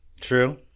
True